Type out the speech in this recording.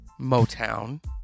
Motown